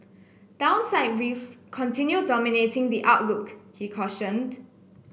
downside rise continue dominating the outlook he cautioned